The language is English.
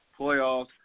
playoffs